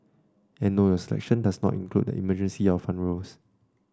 and no your selection does not include the emergency or front rows